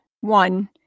One